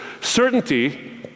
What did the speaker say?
Certainty